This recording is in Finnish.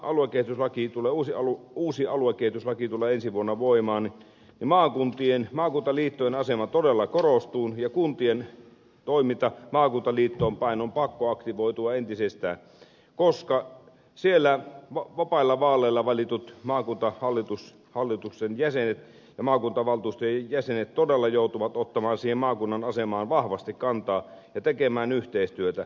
nyt sitten kun uusi aluekehityslaki tulee ensi vuonna voimaan niin maakuntaliittojen asema todella korostuu ja kuntien toiminnan maakuntaliittoon päin on pakko aktivoitua entisestään koska siellä vapailla vaaleilla valitut maakuntahallituksen jäsenet ja maakuntavaltuustojen jäsenet todella joutuvat ottamaan siihen maakunnan asemaan vahvasti kantaa ja tekemään yhteistyötä